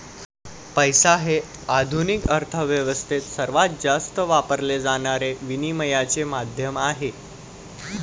पैसा हे आधुनिक अर्थ व्यवस्थेत सर्वात जास्त वापरले जाणारे विनिमयाचे माध्यम आहे